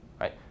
right